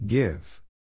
Give